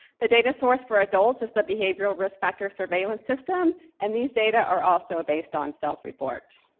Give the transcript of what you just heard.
the data source for adults is the behavioral risk factor surveillance system and these data are also based on self-report.